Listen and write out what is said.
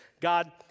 God